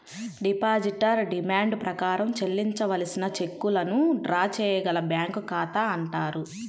depositor demand ప్రకారం చెల్లించవలసిన చెక్కులను డ్రా చేయగల బ్యాంకు ఖాతా అంటారు